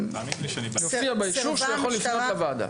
--- יופיע באישור שהוא יכול לפנות לוועדה.